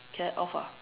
can I off ah